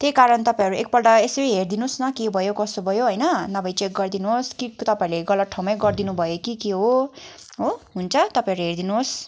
त्यही कारण तपाईँहरू एकपल्ट यसो हेरिदिनुहोस् न के भयो कसो भयो होइन नभए चेक गरिदिनुहोस् कि तपाईँहरूले गलत ठाउँमै गरिदिनुभयो कि के हो हो हुन्छ तपाईँहरूले हेरिदिनुहोस्